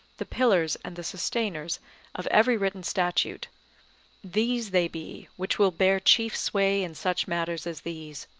the pillars and the sustainers of every written statute these they be which will bear chief sway in such matters as these,